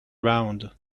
round